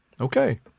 Okay